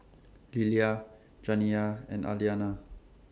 Lillia Janiya and Aliana